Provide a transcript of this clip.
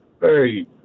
Hey